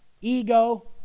ego